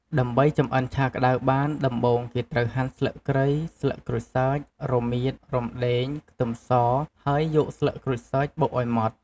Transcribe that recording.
ដើម្បីចម្អិនឆាក្តៅបាន ដំបូងគេត្រូវ ហាន់ស្លឹកគ្រៃ ស្លឹកក្រូចសើច រមៀត រំដេង ខ្ទឹមស ហើយយកស្លឹកក្រូចសើចបុកឱ្យម៉ដ្ឋ។